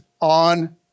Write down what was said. on